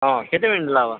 ହଁ କେତେ ମିନିଟ୍ ଲାଗବା